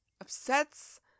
upsets